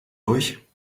durch